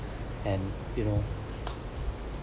and you know